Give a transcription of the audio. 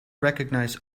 recognize